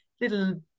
little